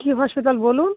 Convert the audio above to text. কী hospital বলুন